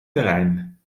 terrein